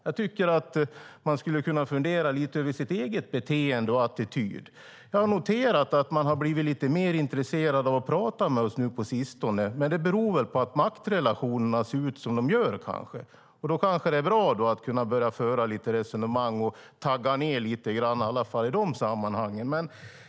Jag tycker att man skulle kunna fundera lite över sitt eget beteende och sin egen attityd. Jag har noterat att man på sistone har blivit lite mer intresserad av att tala med oss. Men det beror kanske på att maktrelationerna ser ut som de gör. Då kanske det är bra att kunna börja föra lite resonemang och tagga ned lite grann i alla fall i dessa sammanhang.